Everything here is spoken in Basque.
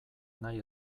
nahi